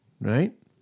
right